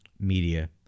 media